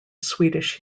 swedish